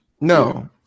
No